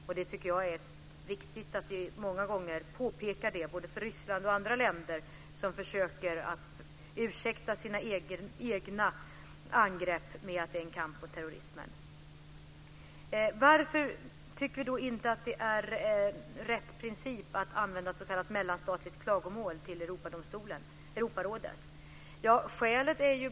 Jag tycker att det är viktigt att vi påpekar detta många gånger både för Ryssland och andra länder som försöker ursäkta sina egna angrepp med att det är en kamp mot terrorismen. Varför tycker vi inte att ett s.k. mellanstatligt klagomål till Europarådet är rätt princip?